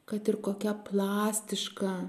kad ir kokia plastiška